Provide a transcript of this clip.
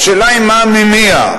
השאלה היא מה המניע.